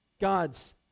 god's